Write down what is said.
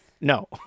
No